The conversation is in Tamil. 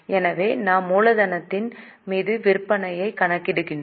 எனவே நாம் மூலதனத்தின் மீது விற்பனையை கணக்கிடுகிறோம்